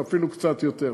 ואפילו קצת יותר,